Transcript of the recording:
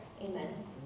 amen